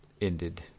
ended